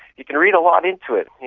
you can read a lot into it.